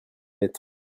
lettres